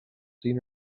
seen